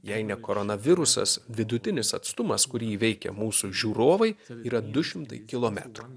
jei ne koronavirusas vidutinis atstumas kurį veikia mūsų žiūrovai yra du šimtai kilometrų